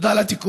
תודה על התיקון.